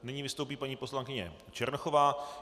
Nyní vystoupí paní poslankyně Černochová.